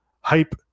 hype